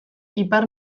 ipar